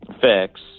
fix